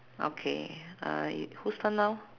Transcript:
okay uh it whose turn now